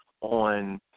on